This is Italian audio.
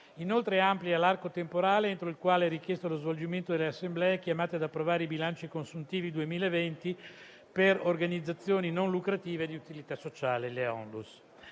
amplia l'arco temporale entro il quale è richiesto lo svolgimento delle assemblee chiamate ad approvare i bilanci consuntivi 2020 per organizzazioni non lucrative di utilità sociale (ONLUS);